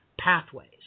pathways